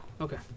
Okay